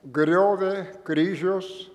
griovė kryžius